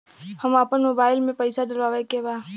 हम आपन मोबाइल में पैसा डलवावे के बा?